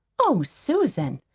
oh, susan!